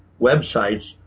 websites